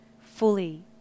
fully